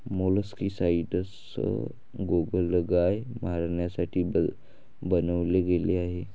molluscicides गोगलगाय मारण्यासाठी बनवले गेले आहे